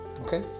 Okay